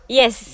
yes